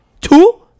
Two